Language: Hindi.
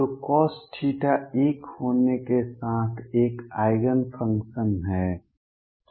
तो cos 1 होने के साथ एक आइगेन फंक्शन है